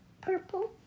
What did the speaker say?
purple